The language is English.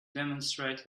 demonstrate